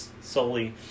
solely